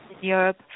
Europe